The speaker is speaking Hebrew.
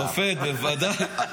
השופט בוודאי.